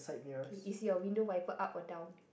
okay is your window wiper up or down